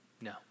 No